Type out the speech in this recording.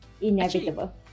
inevitable